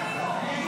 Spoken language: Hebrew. תיזהר.